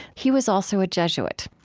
he was also a jesuit.